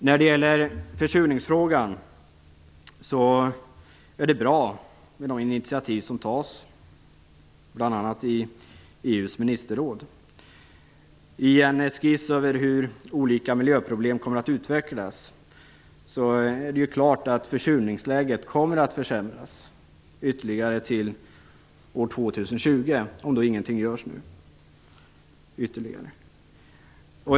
När det gäller försurningsfrågan är det bra med de initiativ som tas, bl.a. i EU:s ministerråd. I en skiss över hur olika miljöproblem kommer att utvecklas är det klart att försurningsläget kommer att försämras ytterligare till år 2020 om ingenting ytterligare görs.